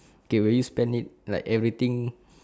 okay will you spend it like everything